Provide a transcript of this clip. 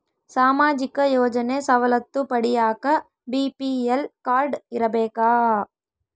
ಸಾಮಾಜಿಕ ಯೋಜನೆ ಸವಲತ್ತು ಪಡಿಯಾಕ ಬಿ.ಪಿ.ಎಲ್ ಕಾಡ್೯ ಇರಬೇಕಾ?